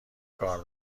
کار